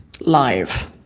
Live